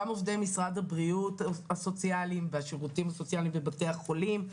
גם עובדי משרד הבריאות הסוציאליים והשירותים הסוציאליים בבתי החולים,